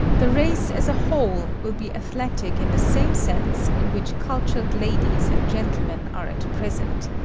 the race, as a whole, will be athletic in the same sense in which cultured ladies and gentlemen are at present.